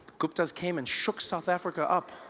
gupta's came and shook south africa up.